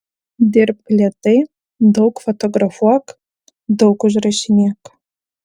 dirbk lėtai daug fotografuok daug užrašinėk